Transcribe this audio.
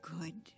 good